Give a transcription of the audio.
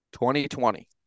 2020